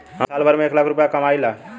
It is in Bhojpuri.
हम साल भर में एक लाख रूपया कमाई ला